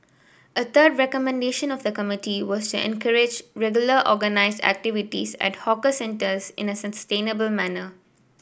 a third recommendation of the committee was to encourage regular organised activities at hawker centres in a sustainable manner